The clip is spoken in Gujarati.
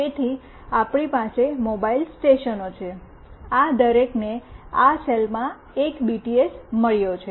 તેથી આપણી પાસે મોબાઇલ સ્ટેશનો છે આ દરેકને આ સેલમાં એક બીટીએસ મળ્યો છે